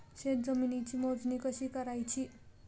शेत जमिनीची मोजणी कशी करायची?